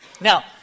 Now